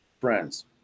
friends